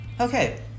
Okay